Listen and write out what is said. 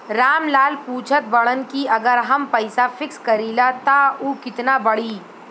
राम लाल पूछत बड़न की अगर हम पैसा फिक्स करीला त ऊ कितना बड़ी?